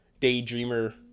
daydreamer